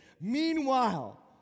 Meanwhile